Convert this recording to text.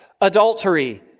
adultery